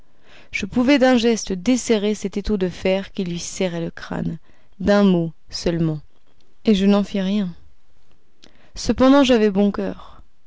je pouvais d'un geste desserrer cet étau de fer qui lui serrait le crâne d'un mot seulement et je n'en fis rien cependant j'avais bon coeur